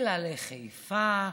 אלא לחיפה,